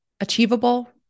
achievable